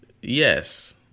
Yes